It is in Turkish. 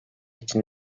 için